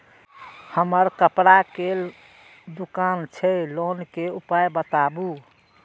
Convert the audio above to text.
हमर कपड़ा के दुकान छै लोन के उपाय बताबू?